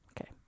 Okay